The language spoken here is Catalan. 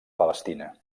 palestina